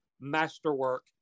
masterwork